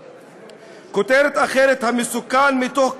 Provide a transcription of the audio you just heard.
כותרת אחרת: "המסוכן מתוך כולם",